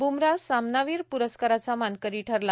ब्मरा सामनावीर प्रस्काराचा मानकरी ठरला